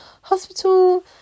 hospital